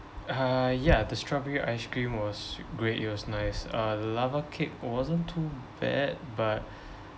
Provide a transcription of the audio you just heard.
ah ya the strawberry ice cream was great it was nice uh the lava cake wasn't too bad but